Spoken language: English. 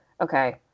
Okay